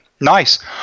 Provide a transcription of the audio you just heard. nice